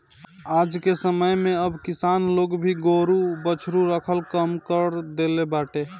आजके समय में अब किसान लोग भी गोरु बछरू रखल कम कर देले बाटे